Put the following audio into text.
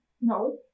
No